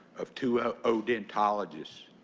of two odontologist.